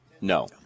no